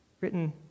written